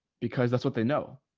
because that's what they know.